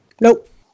Nope